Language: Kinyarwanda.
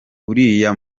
uriya